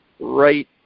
right